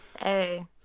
hey